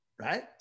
Right